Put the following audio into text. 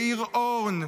יאיר הורן,